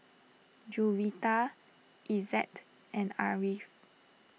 Juwita Izzat and Ariff